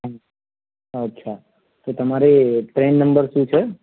હમ અચ્છા તો તમારી ટ્રેન નંબર શું છે